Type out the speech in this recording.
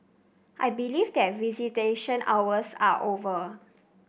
I believe that visitation hours are over